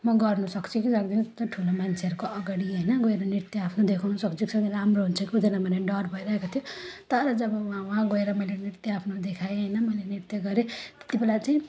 म गर्नु सक्छु कि सक्दिनँ त्यत्रो ठुलो मान्छेहरूको अगाडि होइन गएर नृत्य आफ्नो देखाउनु सक्छु कि सक्दिनँ राम्रो हुन्छ कि हुँदैन भनेर डर भइरहेको थियो तर जब म वहाँ गएर मैले नृत्य आफ्नो देखाएँ होइन मैले नृत्य गरेँ त्यति बेला चाहिँ